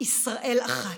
ישראל אחת.